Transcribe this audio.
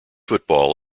football